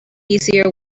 easier